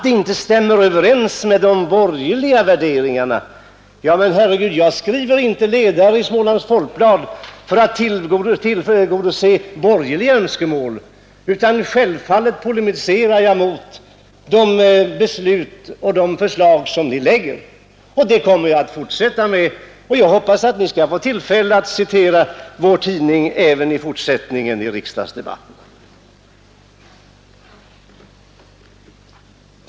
Det stämmer inte överens med de borgerliga värderingarna, men jag skriver inte ledare i Smålands Folkblad för att tillgodose borgerliga önskemål, utan självfallet polemiserar jag mot förslag och beslut från de borgerliga. Det kommer jag att fortsätta med, och jag hoppas att ni skall bli i tillfälle att citera vår tidning även i fortsättningen i riksdagsdebatterna.